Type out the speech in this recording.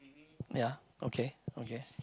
ya okay okay